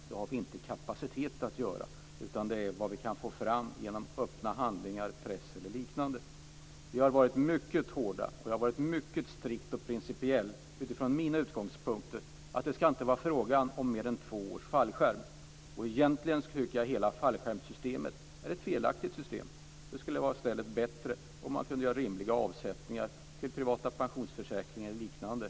Det har vi inte kapacitet att göra, utan vi får hålla oss till det vi kan få fram genom öppna handlingar, press eller liknande. Vi har varit mycket hårda, och jag har varit mycket strikt och principiell. Mina utgångspunkter är att det inte ska vara fråga om mer än två års fallskärmsavtal. Egentligen tycker jag att hela fallskärmssystemet är ett felaktigt system. Det skulle i stället vara bättre om man kunde göra rimliga avsättningar till privata pensionsförsäkringar eller liknande.